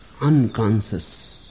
unconscious